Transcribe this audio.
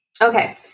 Okay